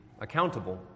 accountable